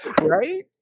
Right